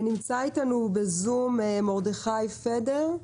נמצא איתנו בזום מרדכי פדר,